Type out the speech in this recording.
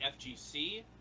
FGC